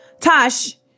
Tosh